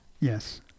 Yes